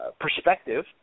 perspective